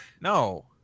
No